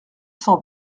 cent